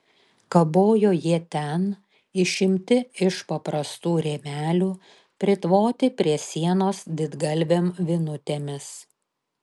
kabojo jie ten išimti iš paprastų rėmelių pritvoti prie sienos didgalvėm vinutėmis